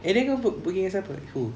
and then who book pergi dengan siapa who